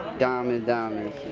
diamond, diamonds.